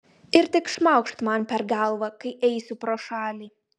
ir tik šmaukšt man per galvą kai eisiu pro šalį